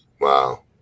Wow